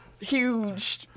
huge